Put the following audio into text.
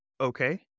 okay